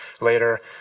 later